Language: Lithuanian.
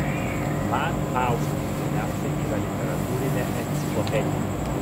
man faustas pirmiausia yra literatūrinė enciklopedija